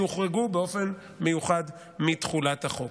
שהוחרגו באופן מיוחד מתחולת החוק.